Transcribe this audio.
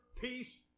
peace